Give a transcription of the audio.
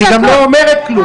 היא גם לא אומרת כלום.